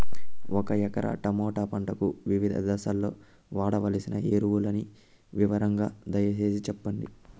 ఒక ఎకరా టమోటా పంటకు వివిధ దశల్లో వాడవలసిన ఎరువులని వివరంగా దయ సేసి చెప్పండి?